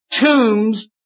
tombs